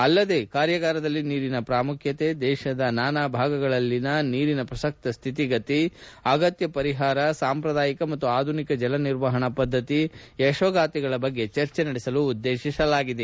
ಅಲ್ಲದೆ ಕಾರ್ಯಾಗಾರದಲ್ಲಿ ನೀರಿನ ಪ್ರಾಮುಖ್ಯತೆ ದೇಶದ ನಾನಾ ಭಾಗಗಳಲ್ಲಿ ನೀರಿನ ಪ್ರಸಕ್ತ ಸ್ಥಿತಿಗತಿ ಅಗತ್ಯ ಪರಿಹಾರಗಳು ಸಾಂಪ್ರದಾಯಿಕ ಮತ್ತು ಆಧುನಿಕ ಜಲ ನಿರ್ವಹಣಾ ಪದ್ದತಿಗಳು ಯಶೋಗಾಥೆಗಳ ಬಗ್ಗೆ ಚರ್ಚೆ ನಡೆಸಲು ಉದ್ದೇಶಿಸಲಾಗಿದೆ